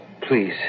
please